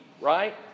Right